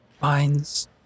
Finds